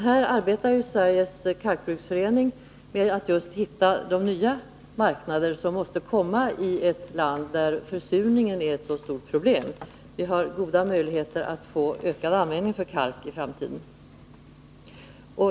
Här arbetar emellertid Sveriges Kalkbruksförening med att hitta de nya marknader som måste komma i ett land som vårt, där försurningen är ett så stort problem. Det är mycket troligt att vi får ökad användning av kalk i framtiden.